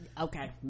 Okay